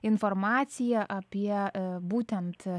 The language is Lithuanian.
informaciją apie būtent